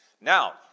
Now